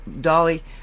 Dolly